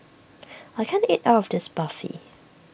I can't eat all of this Barfi